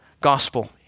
gospel